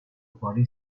body